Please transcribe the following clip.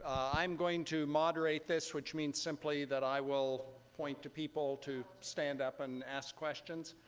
i'm going to moderate this, which mean simply that i will point to people to stand up and ask questions.